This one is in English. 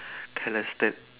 can't understand